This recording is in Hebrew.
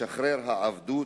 משחרר העבדות,